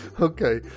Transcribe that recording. Okay